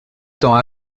temps